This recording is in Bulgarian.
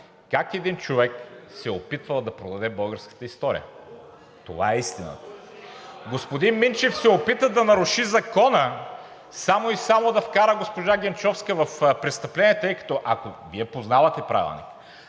един човек се е опитвал да продаде българската история. Това е истината. Господин Минчев се опита да наруши закона само и само да вкара госпожа Генчовска в престъпление. Тъй като Вие познавате Правилника,